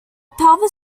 pelvis